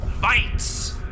fights